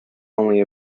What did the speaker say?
only